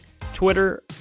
Twitter